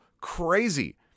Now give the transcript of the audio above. crazy